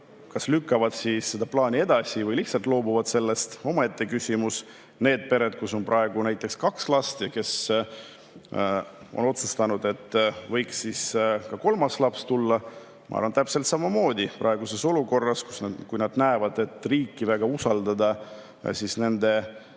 kas lükkavad seda plaani edasi või lihtsalt loobuvad sellest, see on omaette küsimus. Need pered, kus on praegu näiteks kaks last ja kes on otsustanud, et võiks ka kolmas laps tulla, ma arvan, täpselt samamoodi praeguses olukorras, kui nad näevad, et riiki väga usaldada nende